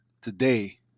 today